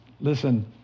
listen